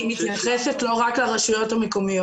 ניר, אני מתייחסת לא רק לרשויות המקומיות.